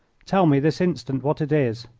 tell me this instant what it is.